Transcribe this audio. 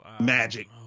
Magic